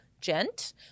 gent